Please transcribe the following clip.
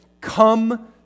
Come